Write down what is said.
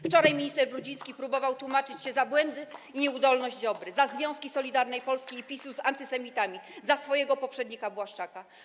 Wczoraj minister Brudziński próbował tłumaczyć się z błędów i nieudolności Ziobry, ze związków Solidarnej Polski i PiS-u z antysemitami, za swojego poprzednika Błaszczaka.